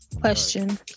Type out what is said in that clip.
question